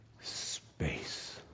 space